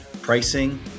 pricing